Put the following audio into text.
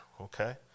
okay